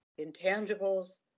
intangibles